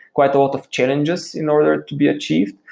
quite a lot of challenges in order to be achieved,